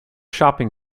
shopping